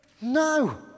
No